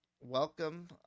welcome